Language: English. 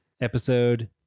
episode